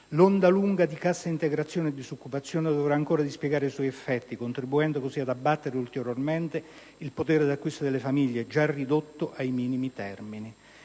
L'onda lunga di cassa integrazione e disoccupazione dovrà ancora dispiegare i suoi effetti, contribuendo così ad abbattere ulteriormente il potere d'acquisto delle famiglie, già ridotto ai minimi termini.